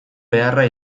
beharra